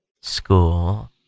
school